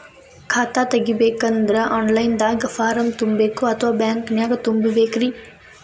ಖಾತಾ ತೆಗಿಬೇಕಂದ್ರ online ದಾಗ ಫಾರಂ ತುಂಬೇಕೊ ಅಥವಾ ಬ್ಯಾಂಕನ್ಯಾಗ ತುಂಬ ಬೇಕ್ರಿ?